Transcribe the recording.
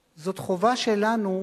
זאת חובה שלנו,